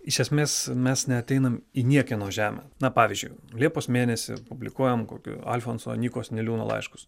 iš esmės mes neateinam į niekieno žemę na pavyzdžiui liepos mėnesį publikuojam kokio alfonso nykos niliūno laiškus